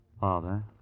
Father